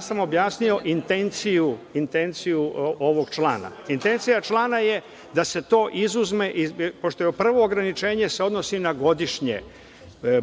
sam objasnio intenciju ovog člana. Intencija člana je da se to izuzme, pošto se prvo ograničenje odnosi na godišnje,